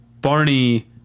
barney